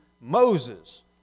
Moses